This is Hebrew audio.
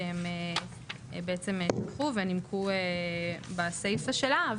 שבה הם תמכו ונימקו בסיפא שלה.